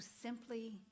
simply